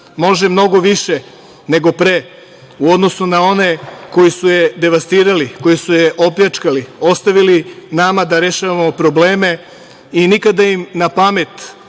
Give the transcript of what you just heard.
može mnogo više nego pre u odnosu na one koji su je devastirali, koji su je opljačkali, ostavili nama da rešavamo probleme i nikada im na pamet